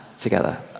together